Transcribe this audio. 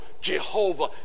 Jehovah